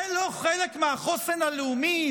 זה לא חלק מהחוסן הלאומי?